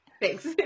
Thanks